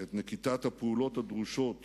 את נקיטת הפעולות הדרושות